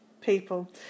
people